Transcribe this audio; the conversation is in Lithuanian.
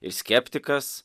ir skeptikas